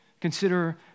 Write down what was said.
Consider